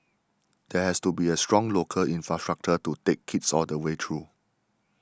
there has to be a strong local infrastructure to take kids all the way through